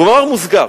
במאמר מוסגר: